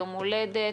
יום הולדת,